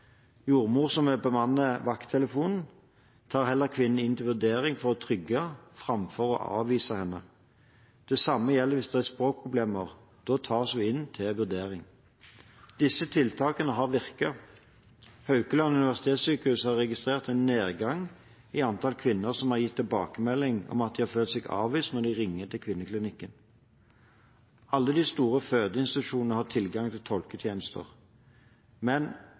Jordmor som bemanner vakttelefonen, tar heller kvinnen inn til vurdering for å trygge framfor å avvise henne. Det samme gjelder hvis det er språkproblemer – da tas hun også inn til vurdering. Disse tiltakene har virket. Haukeland universitetssykehus har registrert en nedgang i antall kvinner som har gitt tilbakemelding om at de har følt seg avvist når de har ringt til Kvinneklinikken. Alle de store fødeinstitusjonene har tilgang til tolketjenester. Men